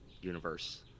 universe